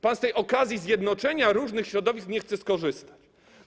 Pan z tej okazji zjednoczenia różnych środowisk nie chce skorzystać.